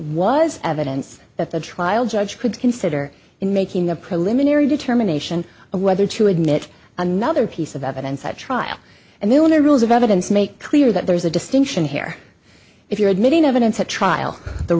was evidence that the trial judge could consider in making the preliminary determination of whether to admit another piece of evidence at trial and then the rules of evidence make clear that there's a distinction here if you're admitting evidence at trial the